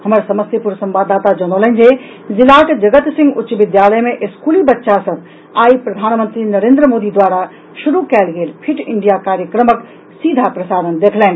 हमर समस्तीपुर संवाददाता जनौलनि जे जिलाक जगत सिंह उच्च विद्यालय मे स्कूली बच्चा सभ आइ प्रधानमंत्री नरेन्द्र मोदी द्वारा शुरू कयल गेल फिट इंडिया कार्यक्रमक सीधा प्रसारण देखलनि